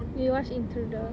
we watch intruder